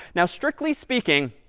now, strictly speaking,